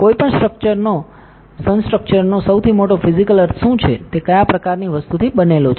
કોઈપણ સંસ્ટ્રક્ચરનો સૌથી મોટો ફિઝિકલ અર્થ શું છે તે કયા પ્રકારની વસ્તુથી બનેલો છે